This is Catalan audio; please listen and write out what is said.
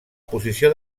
posició